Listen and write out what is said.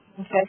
Okay